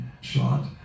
shot